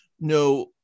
no